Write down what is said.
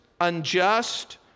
unjust